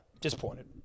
Disappointed